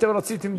אתם רציתם,